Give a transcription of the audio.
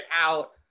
out